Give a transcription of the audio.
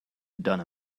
done